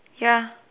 ya